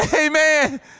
Amen